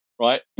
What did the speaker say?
right